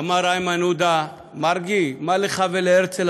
אמר איימן עודה: מרגי, מה לך ולהרצל?